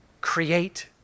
create